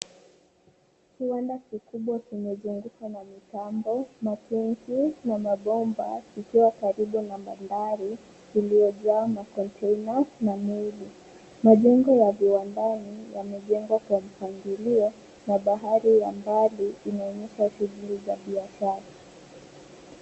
Kiwanda kikubwa kimejengeka na mitambo na tenki na mabomba kikiwa karibu na mandhari iliyojaa na containers na meli. Majengo ya viwandani yamejengwa kwa mpangilio na bahari ya mbali inaonyesha shughuli ya biashara.